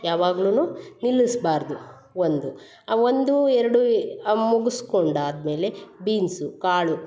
ಯಾವಾಗಲೂ ನಿಲ್ಲಿಸ್ಬಾರದು ಒಂದು ಆ ಒಂದು ಎರಡು ಏ ಆ ಮುಗಿಸ್ಕೊಂಡು ಆದ ಮೇಲೆ ಬೀನ್ಸು ಕಾಳು